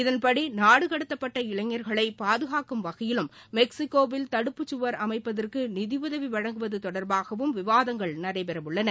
இதன்படி நாடு கடத்தப்பட்ட இளைஞர்களை பாதுகாக்கும் வகையிலும் மெக்ஸிக்கோவில் தடுப்புச் சுவர் அமைப்பதற்கு நிதியுதவி வழங்குவது தொடர்பாகவும் விவாதங்கள் நடைபெறவுள்ளன